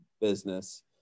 business